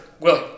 Willie